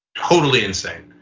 totally insane.